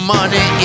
Money